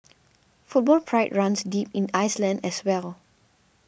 football pride runs deep in Iceland as well